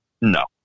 No